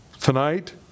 Tonight